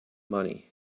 money